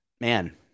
man